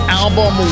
album